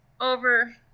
over